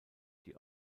die